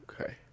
Okay